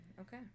okay